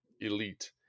elite